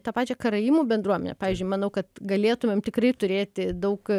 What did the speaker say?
tą pačią karaimų bendruomenę pavyzdžiui manau kad galėtumėm tikrai turėti daug